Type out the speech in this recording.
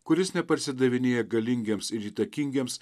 kuris neparsidavinėja galingiems ir įtakingiems